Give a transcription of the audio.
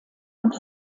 und